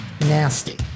Nasty